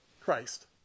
Christ